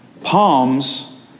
Palms